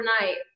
overnight